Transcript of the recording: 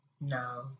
No